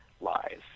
lies